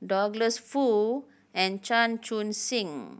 Douglas Foo and Chan Chun Sing